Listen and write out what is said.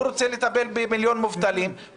הוא רוצה לטפל במיליון מובטלים,